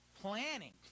planning